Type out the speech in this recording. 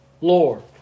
Lord